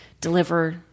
deliver